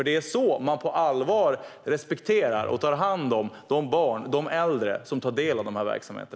Det är så man på allvar respekterar och tar hand om de barn och de äldre som tar del av dessa verksamheter.